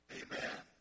amen